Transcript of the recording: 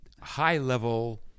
high-level